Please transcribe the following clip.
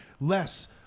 less